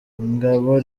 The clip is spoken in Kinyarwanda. ngabo